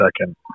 second